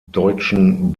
deutschen